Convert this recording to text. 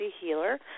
healer